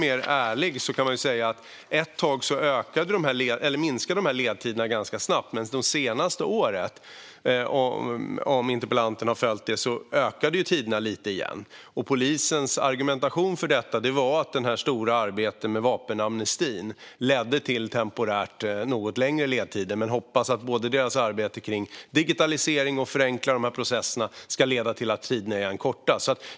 Ett tag minskade ledtiderna ganska snabbt, men det senaste året ökade de lite igen, vilket interpellanten kanske har följt. Polisens argumentation för detta var att det stora arbetet med vapenamnestin ledde till temporärt något längre ledtider. Men jag hoppas att deras arbete med både digitalisering och förenkling av de här processerna ska leda till att ledtiderna igen kortas.